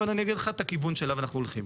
אבל אני אגיד לך את הכיוון שאליו אנחנו הולכים.